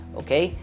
okay